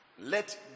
Let